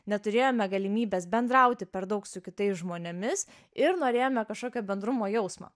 neturėjome galimybės bendrauti per daug su kitais žmonėmis ir norėjome kažkokio bendrumo jausmo